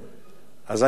כשנולד תינוק,